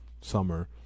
summer